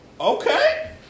okay